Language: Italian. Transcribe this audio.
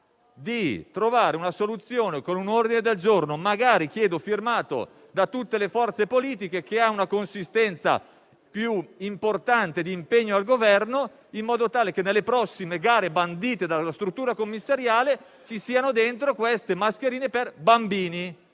di trovare una soluzione, con un ordine del giorno, magari firmato da tutte le forze politiche, che abbia una consistenza più importante come impegno al Governo, in modo tale che nelle prossime gare bandite dalla struttura commissariale siano inserite anche le mascherine per bambini.